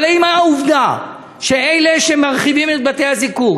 אבל האם העובדה היא שאלה שמרחיבים את בתי-הזיקוק,